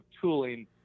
tooling